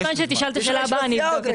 הזו,